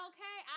Okay